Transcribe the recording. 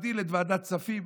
מגדיל את ועדת כספים,